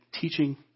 teaching